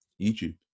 YouTube